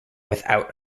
without